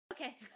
okay